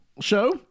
show